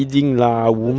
you want google drive or not